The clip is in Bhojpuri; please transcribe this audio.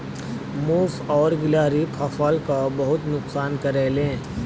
मुस और गिलहरी फसल क बहुत नुकसान करेले